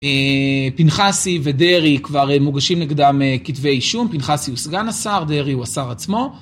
אה... פנחסי, ודרעי, כבר א-מוגשים נגדם א-כתבי אישום; פנחסי הוא סגן השר, דרעי הוא השר עצמו.